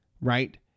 right